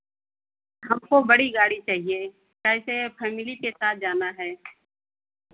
हमको बड़ी गाड़ी चाहिए काहे से फ़ैमिली के साथ जाना है